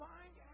Find